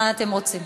מה אתם רוצים?